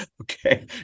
Okay